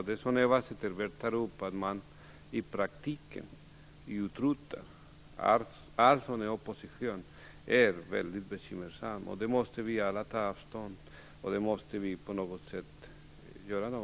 Det är som Eva Zetterberg tar upp, nämligen att man i praktiken utrotar all opposition. Det är mycket bekymmersamt. Det måste vi alla ta avstånd från, och det måste vi på göra något åt.